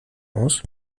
aus